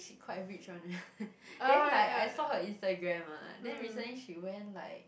she quite rich one then like I saw her Instagram ah then recently she went like